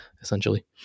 essentially